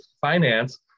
finance